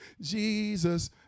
Jesus